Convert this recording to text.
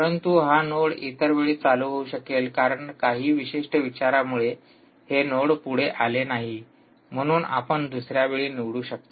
परंतु हा नोड इतर वेळी चालू होऊ शकेल कारण काही विशिष्ट विचारांमुळे हे नोड पुढे आले नाही म्हणून आपण दुसर्या वेळी निवडू शकता